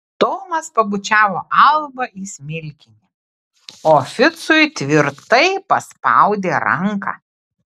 tomas pabučiavo albą į smilkinį o ficui tvirtai paspaudė ranką